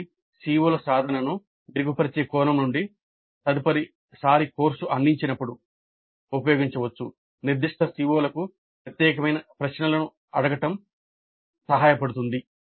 కాబట్టి CO ల సాధనను మెరుగుపరిచే కోణం నుండి నిర్దిష్ట CO లకు ప్రత్యేకమైన ప్రశ్నలను అడగడం సహాయపడుతుంది